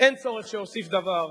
אין צורך שאוסיף דבר.